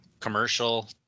commercial